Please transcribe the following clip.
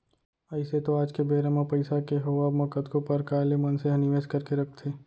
अइसे तो आज के बेरा म पइसा के होवब म कतको परकार ले मनसे ह निवेस करके रखथे